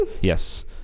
Yes